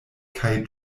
kaj